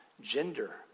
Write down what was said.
gender